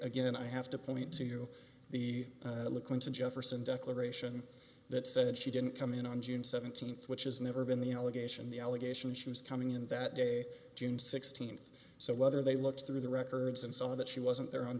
again i have to point to the clinton jefferson declaration that said she didn't come in on june th which has never been the allegation the allegation she was coming in that day june th so whether they looked through the records and saw that she wasn't there on